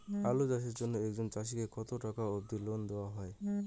আলু চাষের জন্য একজন চাষীক কতো টাকা অব্দি লোন দেওয়া হয়?